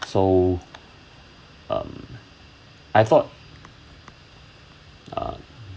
so um I thought uh